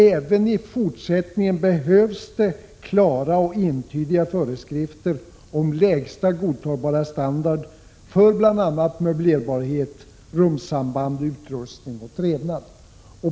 Även i fortsättningen behövs det klara och entydiga föreskrifter om lägsta godtagbara standard för bl.a. möblerbarhet, rumssamband, utrustning och trevnad.